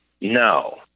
No